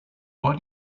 why